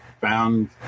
found